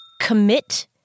Commit